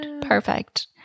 Perfect